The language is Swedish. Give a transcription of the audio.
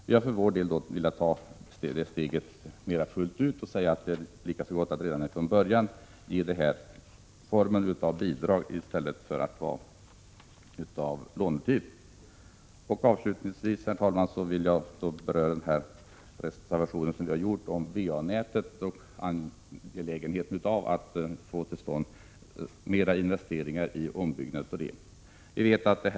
Vi har för vår del velat ta steget fullt ut och redan från början låta stödet få formen av bidrag i stället för lån. Avslutningsvis, herr talman, vill jag beröra reservationen om VA-nätet och säga några ord om angelägenheten av att vi får till stånd flera investeringar i ombyggnad av detta nät.